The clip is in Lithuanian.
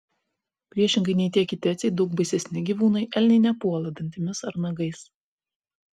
priešingai nei tie kiti atseit daug baisesni gyvūnai elniai nepuola dantimis ar nagais